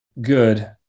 good